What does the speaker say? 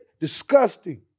disgusting